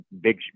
big